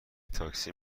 تاکسی